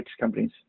companies